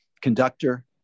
conductor